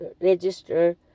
register